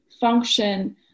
function